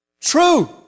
true